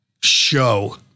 show